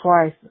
twice